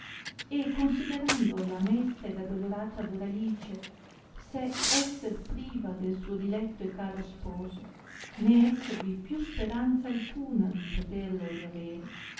e considerando la mesta ed addolorata doralice sé esser priva del suo diletto e caro sposo né esservi più speranza alcuna di poterlo riavere